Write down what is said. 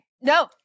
no